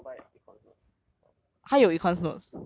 I think I may go econs notes from carousell